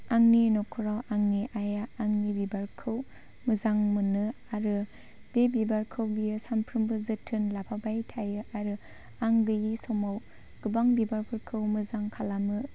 आंनि न'खराव आंनि आइआ आंनि बिबारखौ मोजां मोनो आरो बे बिबारखौ बियो सानफ्रोमबो जोथोन लाफाबाय थायो आरो आं गैयि समाव गोबां बिबारफोरखौ मोजां खालामो